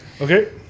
Okay